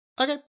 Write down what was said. Okay